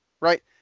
Right